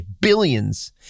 billions